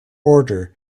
order